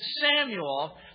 Samuel